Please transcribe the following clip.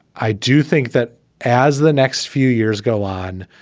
i do think that as the next few years go on.